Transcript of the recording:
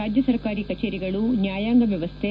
ರಾಜ್ಯ ಸರ್ಕಾರಿ ಕಚೇರಿಗಳು ನ್ಯಾಯಾಂಗ ವ್ಯವಸ್ಥೆ